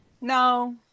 No